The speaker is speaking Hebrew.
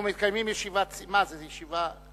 מה זה, ישיבה?